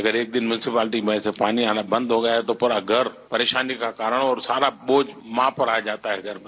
अगर एक दिन म्यूनसी प्लाटी से अगर एक दिन पानी आना बंद हो गया तो पूरा घर परेशानी का कारण और सारा बोझ मां पर आ जाता है घर में